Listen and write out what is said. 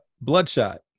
Bloodshot